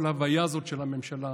וכל ההוויה הזאת של ממשלת